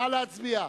נא להצביע.